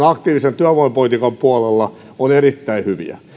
aktiivisen työvoimapolitiikan puolella ovat erittäin hyviä